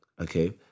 Okay